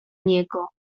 niego